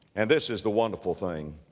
and this is the wonderful thing.